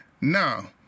Now